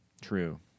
True